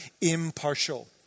impartial